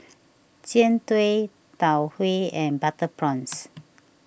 Jian Dui Tau Huay and Butter Prawns